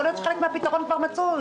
יכול להיות שחלק מהפתרון כבר מצוי